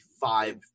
five